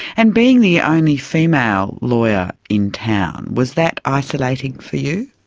and being the only female lawyer in town, was that isolating for you?